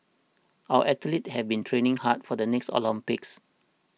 our athletes have been training hard for the next Olympics